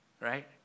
right